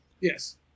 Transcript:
Yes